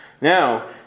Now